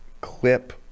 clip